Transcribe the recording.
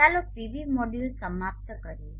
ચાલો PV module સમાપ્ત કરીએ